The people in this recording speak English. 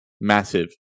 massive